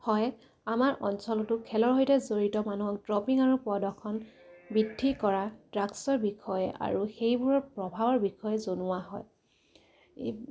হয় আমাৰ অঞ্চলতো খেলৰ সৈতে জড়িত মানুহক ড্ৰপিং আৰু প্ৰদৰ্শন বৃদ্ধি কৰা ড্ৰাগছৰ বিষয়ে আৰু সেইবোৰৰ প্ৰভাৱৰ বিষয়ে জনোৱা হয়